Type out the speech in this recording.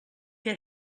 què